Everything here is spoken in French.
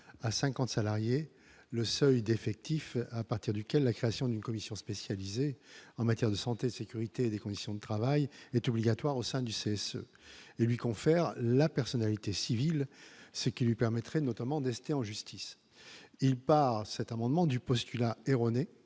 à 50 salariés le seuil d'effectif à partir duquel la création d'une commission spécialisée en matière de santé, sécurité et des conditions de travail est obligatoire au sein du, c'est ce que lui confère la personnalité civile, ce qui lui permettrait notamment de rester en justice, il part cet amendement du postulat erroné,